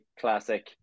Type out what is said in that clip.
classic